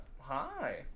hi